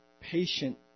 patient